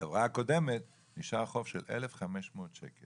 בחברה הקודמת נשאר חוב של 1,500 שקלים